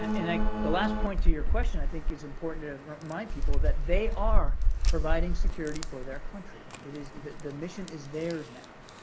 and the last point to your question, i think, it's important to remind people that they are providing security for their country. it is the the mission is theirs now,